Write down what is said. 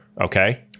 okay